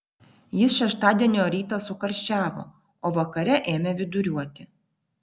jis šeštadienio rytą sukarščiavo o vakare ėmė viduriuoti